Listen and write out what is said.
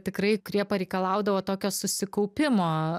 tikrai kurie pareikalaudavo tokio susikaupimo